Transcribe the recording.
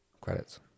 Credits